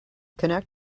connect